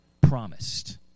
promised